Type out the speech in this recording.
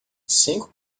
cinco